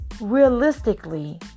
realistically